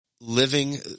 living